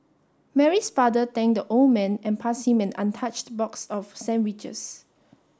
Mary's father thanked the old man and passed him an untouched box of sandwiches